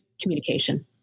communication